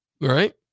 right